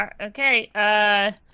Okay